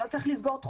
לא צריך תחומים.